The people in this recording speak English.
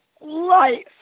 life